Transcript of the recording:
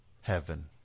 heaven